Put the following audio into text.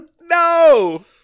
No